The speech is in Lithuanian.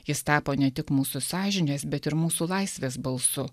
jis tapo ne tik mūsų sąžinės bet ir mūsų laisvės balsu